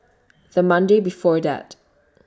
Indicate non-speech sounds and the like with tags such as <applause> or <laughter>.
<noise> The Monday before that